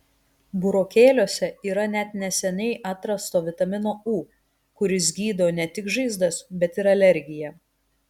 burokėliuose yra net neseniai atrasto vitamino u kuris gydo ne tik žaizdas bet ir alergiją